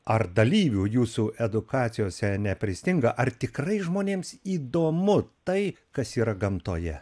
ar dalyvių jūsų edukacijose nepristinga ar tikrai žmonėms įdomu tai kas yra gamtoje